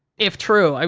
if true,